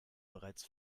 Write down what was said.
bereits